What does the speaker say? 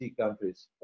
countries